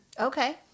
okay